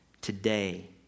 today